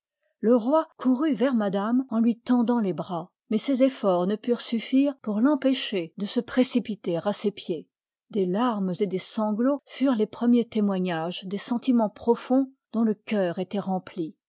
le roi courut vers madame en lui tendantlesbras mais ses efforts ne purent suffire pour tempêcher de se précipiter à ses pieds des larmes et des san i part glots furent les premiers témoignages iv il des sentimens profonds dont le cœur étoit rempli